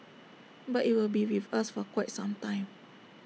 but IT will be with us for quite some time